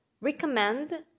recommend